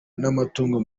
n’amatungo